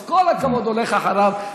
אז כל הכבוד הולך אחריו,